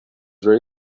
very